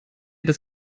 das